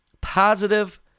positive